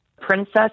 Princess